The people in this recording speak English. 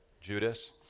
Judas